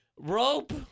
Rope